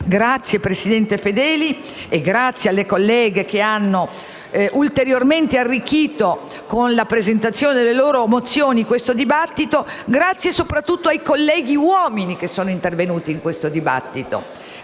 Grazie, presidente Fedeli, e grazie alle colleghe che hanno ulteriormente arricchito con la presentazione delle loro mozioni questo dibattito. Grazie soprattutto ai colleghi uomini che sono intervenuti in questo dibattito,